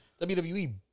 WWE